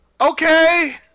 Okay